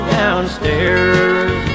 downstairs